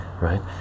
right